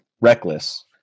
reckless